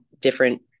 different